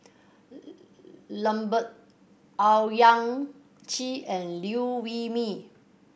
Lambert Owyang Chi and Liew Wee Mee